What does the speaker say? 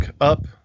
up